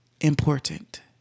important